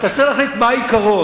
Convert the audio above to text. אתה צריך להחליט מה העיקרון.